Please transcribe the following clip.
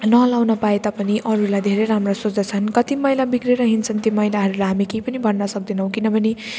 नलाउन पाए तापनि अरूलाई धेरै राम्रा सोच्दछन् कति महिला बिग्रेर हिँड्छन् त्यो महिलाहरूलाई हामी केही पनि भन्न सक्दैनौँ किनभने